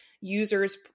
users